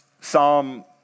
Psalm